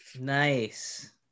nice